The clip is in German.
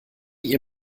ihr